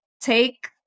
Take